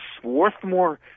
Swarthmore